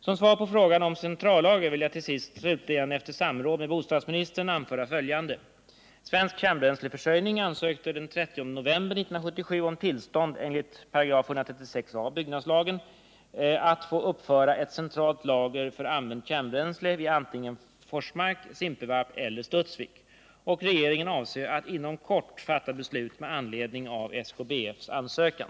Som svar på frågan om ett centrallager vill jag slutligen efter samråd med bostadsministern anföra följande. Svensk Kärnbränsleförsörjning AB ansökte den 30 november 1977 om tillstånd enligt 136 a § byggnadslagen att få uppföra ett centralt lager för använt kärnbränsle vid antingen Forsmark, Simpevarp eller Studsvik. Regeringen avser att inom kort fatta beslut med anledning av SKBF:s ansökan.